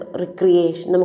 recreation